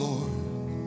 Lord